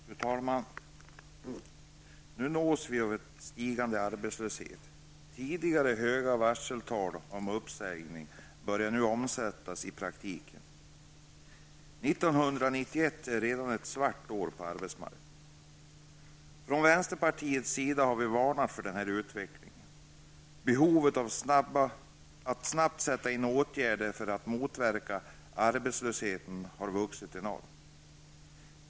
Fru talman! Nu nås vi av den stigande arbetslösheten. Tidigare höga varseltal när det gäller uppsägningar börjar nu omsättas i praktiken. 1991 är redan ett svart år på arbetsmarknaden. Från vänsterpartiets sida har vi varnat för den här utvecklingen. Behovet av att snabbt sätta in åtgärder för att motverka arbetslösheten har vuxit enormt.